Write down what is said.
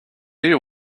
you